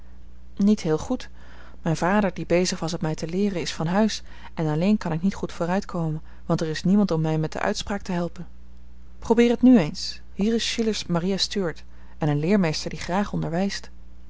niet heel goed mijn vader die bezig was het mij te leeren is van huis en alleen kan ik niet goed vooruit komen want er is niemand om mij met de uitspraak te helpen probeer het nu eens hier is schiller's maria stuart en een leermeester die graag onderwijst